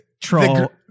troll